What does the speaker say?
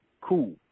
Cool